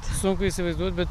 sunku įsivaizduot bet